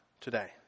today